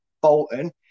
Bolton